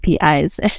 apis